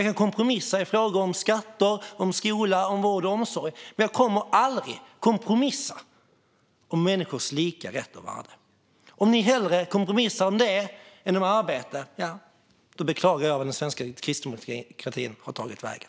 Jag kan kompromissa i frågor om skatter, om skola, om vård och omsorg, men jag kommer aldrig att kompromissa om människors lika rätt och värde. Om ni hellre kompromissar om det än om arbete, då beklagar jag vart den svenska kristdemokratin har tagit vägen.